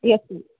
yes